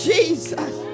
Jesus